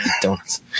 Donuts